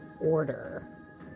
order